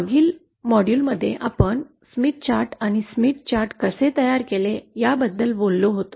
मागील मॉड्यूलमध्ये आपण या स्मिथ चार्ट आणि स्मिथ चार्ट कसे तयार केले याबद्दल बोललो होतो